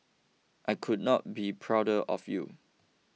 I could not be prouder of you